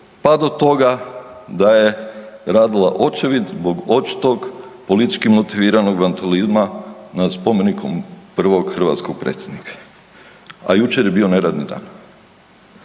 pa do toga da je radila očevid zbog očitog politički motiviranog vandalizma nad spomenikom prvog hrvatskog predsjednika, a jučer je bio neradni dan.